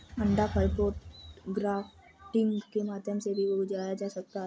अंडाफल को ग्राफ्टिंग के माध्यम से भी उगाया जा सकता है